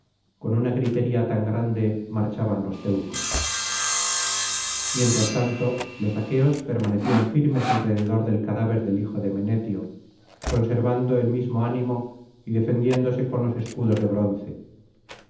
con una gritería tan grande marchaban los teucros mientras tanto los aqueos permanecían firmes alrededor del cadáver del hijo de menetio conservando el mismo ánimo y defendiéndose con los escudos de bronce